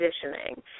conditioning